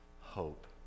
hope